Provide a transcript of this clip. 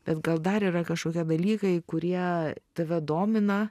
bet gal dar yra kažkokie dalykai kurie tave domina